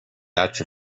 batch